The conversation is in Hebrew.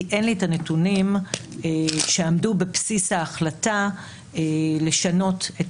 כי אין לי את הנתונים שעמדו בבסיס ההחלטה לשנות את